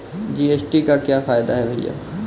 GST का क्या फायदा है भैया?